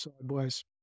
sideways